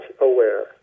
aware